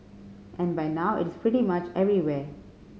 and by now it is pretty much everywhere